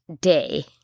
day